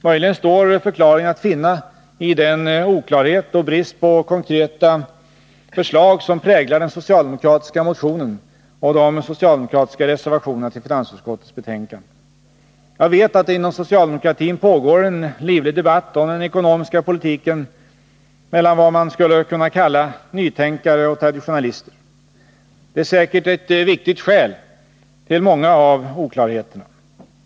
Möjligen står förklaringen att finna i den oklarhet och brist på konkreta förslag som präglar den socialdemokratiska motionen och de socialdemokratiska reservationerna till finansutskottets betänkande. Jag vet att det inom socialdemokratin pågår en livlig debatt om den ekonomiska politiken mellan vad man skulle kunna kalla nytänkare och traditionalister. Det är säkert ett viktigt skäl till många av oklarheterna.